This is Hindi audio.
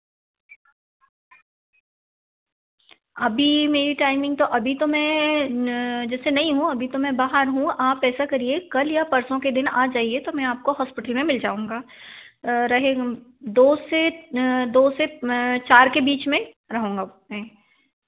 अभी मेरी टाइमिंग अभी तो मैं जैसे नहीं हूँ अभी तो मैं बाहर हूँ आप ऐसा करिए कल या परसों के दिन आ जाईए तो मैं आपको हॉस्पिटल में मिल जाऊँगा रहे है दो से दो से चार के बीच में रहूँगा मैं